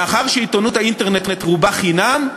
מאחר שעיתונות האינטרנט רובה חינם,